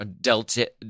Delta